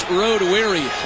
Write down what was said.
road-weary